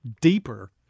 deeper